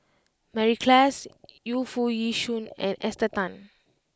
Mary Klass Yu Foo Yee Shoon and Esther Tan